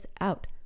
out